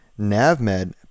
NavMed